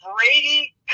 Brady